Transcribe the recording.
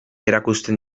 erakusten